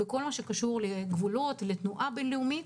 בכל מה שקשור לגבולות ולתנועה בין לאומית,